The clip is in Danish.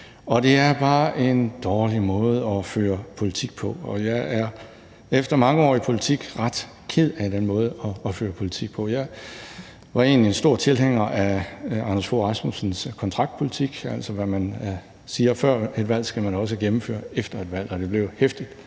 Det er bare en dårlig måde at føre politik på, og jeg er efter mange år i politik ret ked af den måde at føre politik på. Jeg var egentlig en stor tilhænger af Anders Fogh Rasmussens kontraktpolitik, altså at hvad man siger før et valg, skal man også gennemføre efter et valg, og det blev heftigt